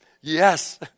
yes